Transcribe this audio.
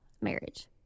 marriage